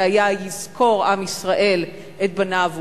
שהיה: "יזכור עם ישראל את בניו ובנותיו".